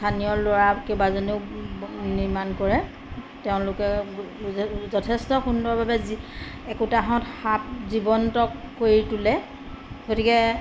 স্থানীয় ল'ৰা কেইবাজনেও নিৰ্মাণ কৰে তেওঁলোকে য যথেষ্ট সুন্দৰভাৱে একোটাহঁত সাপ জীৱন্ত কৰি তোলে গতিকে